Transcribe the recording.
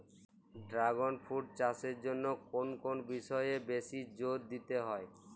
Dragon fruit চাষের জন্য কোন কোন বিষয়ে বেশি জোর দিতে হয়?